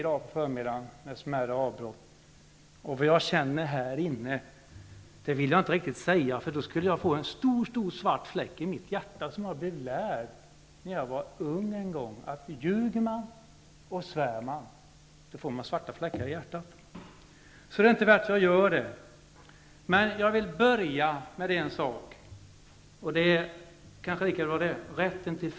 10 i förmiddags, med smärre avbrott, och vad jag känner här inne i bröstet vill jag inte riktigt säga, för då skulle jag få en stor stor svart fläck i mitt hjärta. Jag blev nämligen lärd när jag var ung att ljuger man och svär får man svarta fläckar i hjärtat. Det är därför inte värt att jag talar om det. Jag vill börja med att säga att rätten till frihet bl.a. innebär yttrandefrihet.